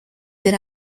did